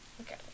Okay